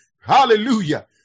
Hallelujah